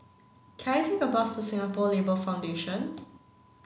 can I take a bus to Singapore Labour Foundation